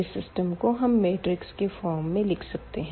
इस सिस्टम को हम मैट्रिक्स के फ़ॉर्म में भी लिख सकते है